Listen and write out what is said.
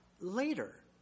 later